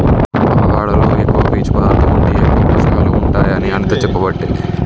avocado లో ఎక్కువ పీచు పదార్ధం ఉండి ఎక్కువ పోషకాలు ఉంటాయి అని అనిత చెప్పబట్టే